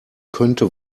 könnte